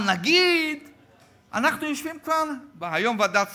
על נגיד אנחנו יושבים כאן, והיום ועדת כספים,